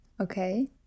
Okay